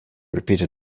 repeated